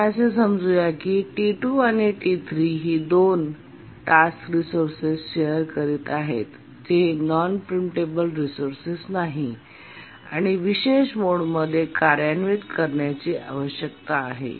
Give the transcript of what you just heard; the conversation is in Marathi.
आपण असे समजू या की T2 आणि T3 ही दोन टास्क रिसोर्सेस शेअर करीत आहेत जे नॉन प्रिम्पटेबल रिसोर्सेस नाही आणि विशेष मोड मध्ये कार्यान्वित करण्याची आवश्यकता आहे